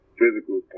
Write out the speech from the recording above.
physical